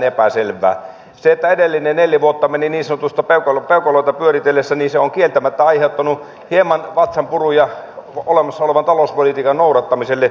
se että edelliset neljä vuotta menivät niin sanotusti peukaloita pyöritellessä on kieltämättä aiheuttanut hieman vatsanpuruja olemassa olevan talouspolitiikan noudattamiselle